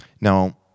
Now